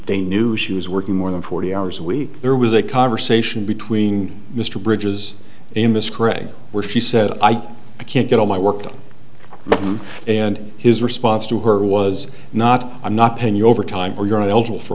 they knew she was working more than forty hours a week there was a conversation between mr bridges in miss craig where she said i can't get all my work done and his response to her was not i'm not paying you overtime or